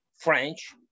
French